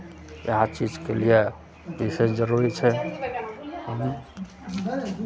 इएह चीजके लिए इसभ जरूरी छै